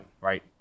right